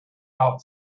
out